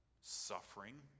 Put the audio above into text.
suffering